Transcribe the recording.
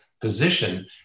position